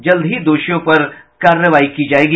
जल्द ही दोषियों पर कार्रवाई की जायेगी